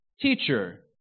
Teacher